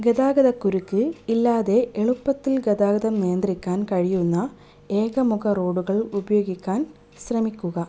ഗതാഗതക്കുരുക്ക് ഇല്ലാതെ എളുപ്പത്തിൽ ഗതാഗതം നിയന്ത്രിക്കാൻ കഴിയുന്ന ഏക മുക റോഡുകൾ ഉപയോഗിക്കാൻ ശ്രമിക്കുക